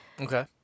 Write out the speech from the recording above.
Okay